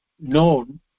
Known